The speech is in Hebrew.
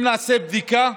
אם נעשה בדיקה,